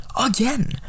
again